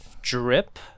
Drip